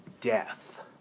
death